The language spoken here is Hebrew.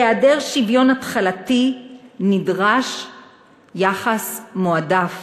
בהיעדר שוויון התחלתי נדרש יחס מועדף